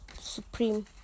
supreme